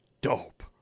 dope